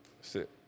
sit